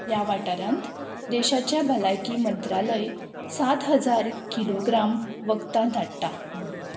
ह्या वाठारांत देशाच्या भलायकी मंत्रालय सात हजार किलोग्राम वखदां धाडटा